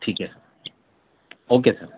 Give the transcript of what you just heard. ٹھیک ہے اوکے سر